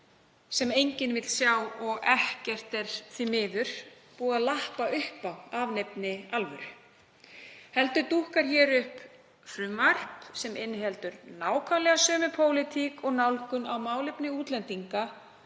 sem enginn vill sjá og ekkert er því miður búið að lappa upp á af neinni alvöru heldur dúkkar hér upp frumvarp sem inniheldur nákvæmlega sömu pólitík og nálgun á málefni útlendinga